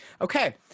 Okay